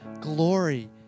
glory